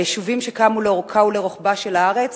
היישובים שקמו לאורכה ולרוחבה של הארץ